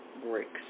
bricks